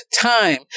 time